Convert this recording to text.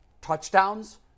touchdowns